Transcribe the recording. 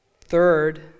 Third